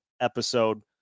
episode